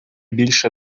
більше